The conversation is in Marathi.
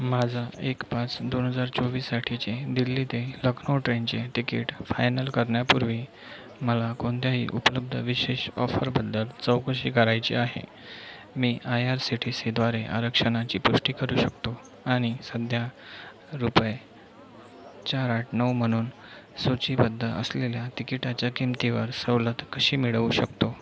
माझा एक पाच दोन हजार चोवीससाठीचे दिल्ली ते लखनऊ ट्रेनचे तिकीट फायनल करण्यापूर्वी मला कोणत्याही उपलब्ध विशेष ऑफरबद्दल चौकशी करायची आहे मी I R C T C द्वारे आरक्षणाची पुष्टी करू शकतो आणि सध्या रुपये चार आठ नऊ म्हणून सूचीबद्ध असलेल्या तिकिटाच्या किंमतीवर सवलत कशी मिळवू शकतो